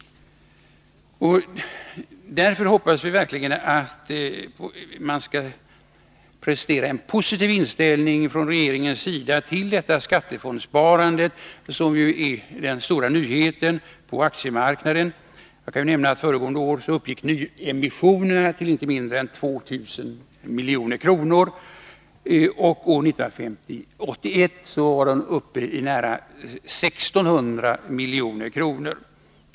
Jag hoppas verkligen att regeringen lägger sig till med en positiv inställning till detta skattefondsparande, som ju är den stora nyheten på aktiemarknaden. Jag kan nämna att nyemissionerna förra året uppgick till inte mindre än 2 miljarder kronor och närmare 1,6 miljarder kronor år 1981.